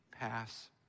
pass